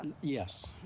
Yes